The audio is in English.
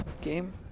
game